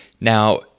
Now